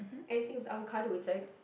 anything with avocado inside